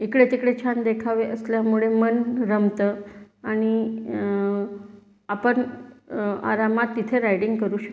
इकडेतिकडे छान देखावे असल्यामुळे मन रमतं आणि आपण आरामात तिथे रायडींग करू शकतो